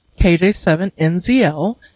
KJ7NZL